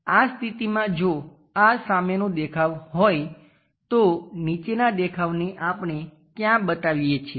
આ સ્થિતિમાં જો આ સામેનો દેખાવ હોય તો નીચેનાં દેખાવને આપણે ક્યાં બતાવીએ છીએ